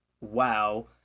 wow